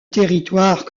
territoire